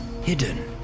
hidden